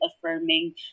affirming